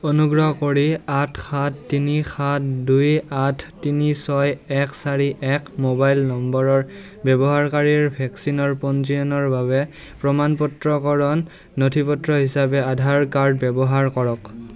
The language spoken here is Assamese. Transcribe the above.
অনুগ্ৰহ কৰি আঠ সাত তিনি সাত দুই আঠ তিনি ছয় এক চাৰি এক মোবাইল নম্বৰৰ ব্যৱহাৰকাৰীৰ ভেকচিনৰ পঞ্জীয়নৰ বাবে প্ৰমাণ পত্ৰকৰণ নথিপত্ৰ হিচাপে আধাৰ কাৰ্ড ব্যৱহাৰ কৰক